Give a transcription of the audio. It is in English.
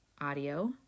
audio